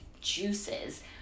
juices